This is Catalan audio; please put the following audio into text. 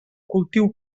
cultiu